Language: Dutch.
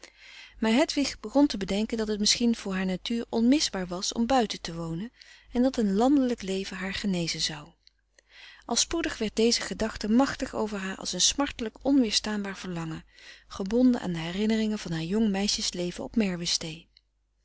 maar hedwig begon te bedenken dat het misschien voor haar natuur onmisbaar was om buiten te wonen en dat een landelijk leven haar genezen zou al spoedig werd deze gedachte machtig over haar als een smartelijk onweerstaanbaar verlangen gebonden aan de herinneringen van haar jong meisjesleven op